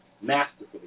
Masterfully